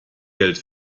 geld